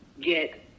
get